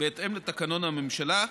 בהתאם לתקנון הממשלה.